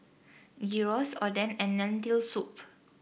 Gyros Oden and Lentil Soup